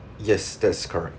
yes that's correct